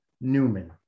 Newman